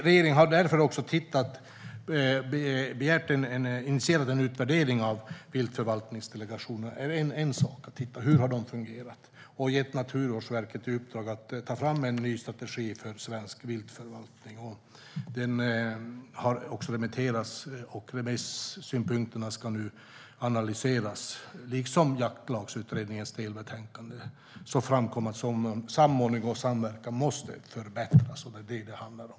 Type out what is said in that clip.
Regeringen har därför initierat en utvärdering av Viltförvaltningsdelegationen för att titta på hur de har fungerat, och man har gett Naturvårdsverket i uppdrag att ta fram en ny strategi för svensk viltförvaltning. Den har remitterats, och remissynpunkterna ska nu analyseras liksom Jaktlagsutredningens delbetänkande, där det framkom att samordning och samverkan måste förbättras. Det är vad det handlar om.